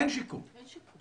אין שיקום, אין שיקום,